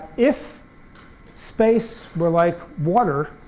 if space were like water,